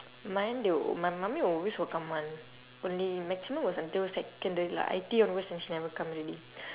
mine though my mummy will always will come [one] only maximum was until secondary lah I_T_E onwards then she never come already